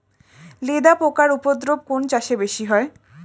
লেদা পোকার উপদ্রব কোন চাষে বেশি হয়?